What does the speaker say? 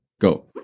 Go